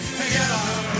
together